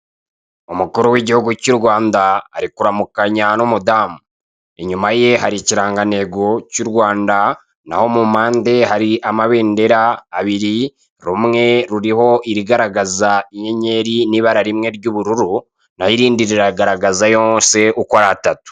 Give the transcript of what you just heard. Umukuru w'igihugu cy'u Rwanda ari kuramukanya n'umudamu, inyuma ye hari ikirangantego cy'u Rwanda, naho mu mpande hari amabendera abiri, rumwe ruriho irigaragaza inyenyeri n'ibara rimwe ry'ubururu, naho irindi rirayagaragaza yose ukon ari atatu.